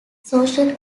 social